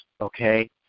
okay